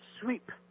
sweep